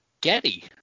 Getty